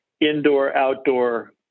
indoor-outdoor